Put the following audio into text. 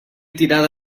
tirada